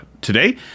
today